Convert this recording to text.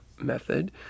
method